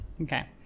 Okay